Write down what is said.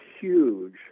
huge